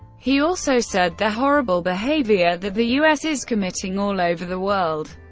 he also said the horrible behavior that the u s. is committing all over the world.